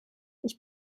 ich